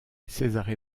cesare